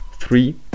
three